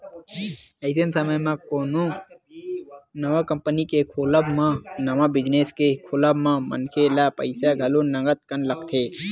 अइसन समे म कोनो नवा कंपनी के खोलब म नवा बिजनेस के खोलब म मनखे ल पइसा घलो नंगत कन लगथे